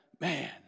Man